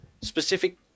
specific